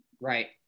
Right